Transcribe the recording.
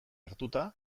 hartuta